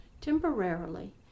temporarily